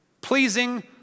pleasing